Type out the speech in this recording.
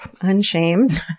unshamed